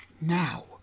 now